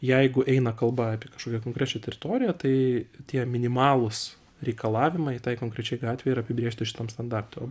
jeigu eina kalba apie kažkokią konkrečią teritoriją tai tie minimalūs reikalavimai tai konkrečiai gatvei yra apibrėžti šitam standarte o